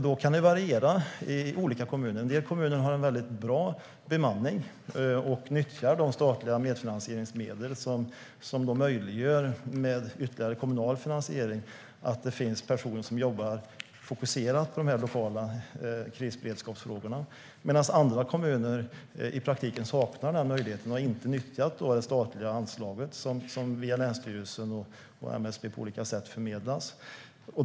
Då kan det variera i olika kommuner. En del kommuner har en väldigt bra bemanning och nyttjar de statliga medfinansieringsmedel som tillsammans med ytterligare kommunal finansiering möjliggör att det finns en person som jobbar fokuserat med de lokala krisberedskapsfrågorna. Andra kommuner saknar i praktiken den möjligheten och har inte nyttjat det statliga anslag som förmedlas via länsstyrelsen och MSB på olika sätt.